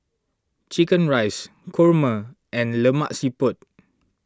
Chicken Rice Kurma and Lemak Siput